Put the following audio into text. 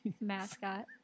mascot